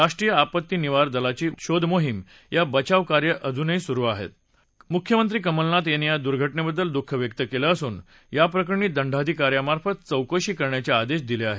राष्ट्रीय आपत्ती निवार दलाची शोधमोहिम आणि बचाव कार्य अजूनही सुरु आहा मुख्यमंत्री कमलनाथ यांनी या दुर्घटनाड्विल दुःख व्यक्त कवि असून याप्रकरणी दंडाधिका यामार्फत चौकशी करण्याच आदशी दिल आहेत